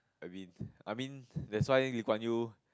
I win I mean that's why Lee Kuan Yew